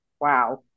Wow